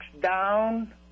down